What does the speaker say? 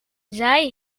zij